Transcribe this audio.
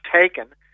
taken